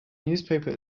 newspaper